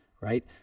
right